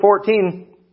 14